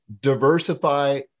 diversify